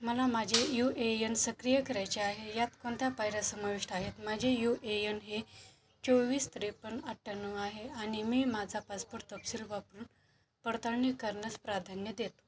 मला माझे U A N सक्रिय करायचे आहे यात कोणत्या पायऱ्या समाविष्ट आहेत माझे यू ए यन हे चोवीस त्रेपन्न अठ्याण्णव आहे आणि मी माझा पासपोर्ट तपशील वापरून पडताळणी करण्यास प्राधान्य देतो